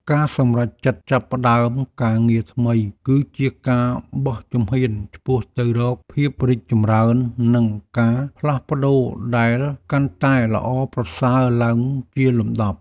ការសម្រេចចិត្តចាប់ផ្ដើមការងារថ្មីគឺជាការបោះជំហានឆ្ពោះទៅរកភាពរីកចម្រើននិងការផ្លាស់ប្តូរដែលកាន់តែល្អប្រសើរឡើងជាលំដាប់។